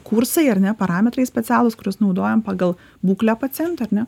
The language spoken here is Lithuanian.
kursai ar ne parametrai specialūs kuriuos naudojam pagal būklę paciento ar ne